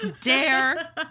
dare